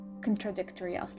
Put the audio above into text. contradictory